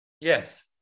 Yes